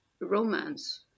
romance